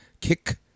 kick